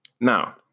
now